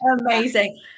Amazing